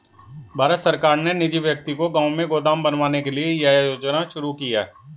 भारत सरकार ने निजी व्यक्ति को गांव में गोदाम बनवाने के लिए यह योजना शुरू की है